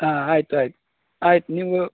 ಹಾಂ ಆಯಿತು ಆಯ್ತು ಆಯ್ತು ನೀವು